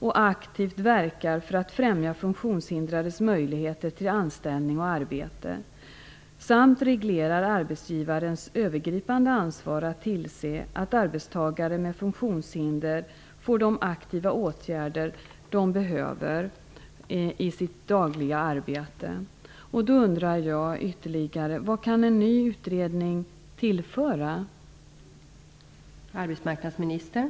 Det skall aktivt verka för att främja funktionshindrades möjligheter till anställning och arbete samt reglera arbetsgivarens övergripande ansvar att tillse att arbetstagare med funktionshinder får de aktiva åtgärder de behöver i sitt dagliga arbete. Då undrar jag vad en ny utredning kan tillföra.